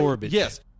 Yes